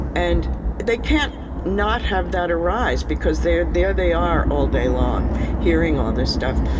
and they can't not have that arise because there they are they are all day long hearing all this stuff.